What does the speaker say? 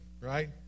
right